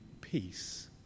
peace